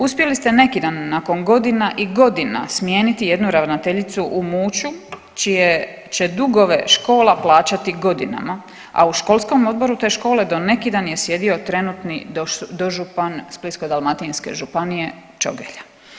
Uspjeli ste neki dan nakon godina i godina smijeniti jednu ravnateljicu u Muću čije će dugove škola plaćati godinama, a u školskom odboru te škole do neki dan je sjedio trenutni dožupan Splitsko-dalmatinske županije Čogelj.